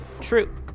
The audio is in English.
True